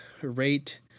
rate